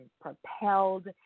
propelled